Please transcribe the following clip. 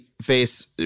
face